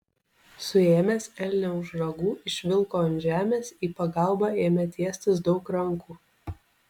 suėmęs elnią už ragų išvilko ant žemės į pagalbą ėmė tiestis daug rankų